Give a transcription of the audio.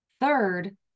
Third